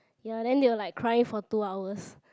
ya then they will like cry for two hours